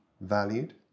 Valued